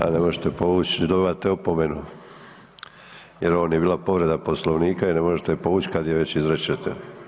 A ne možete povuć i dobivate opomenu jer ovo nije bila povreda Poslovnika i ne možete ju povuć kad je već izrečete.